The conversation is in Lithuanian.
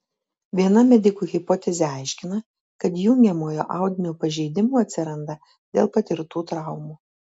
viena medikų hipotezė aiškina kad jungiamojo audinio pažeidimų atsiranda dėl patirtų traumų